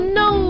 no